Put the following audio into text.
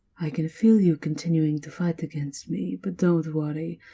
i can feel you continuing to fight against me, but don't worry.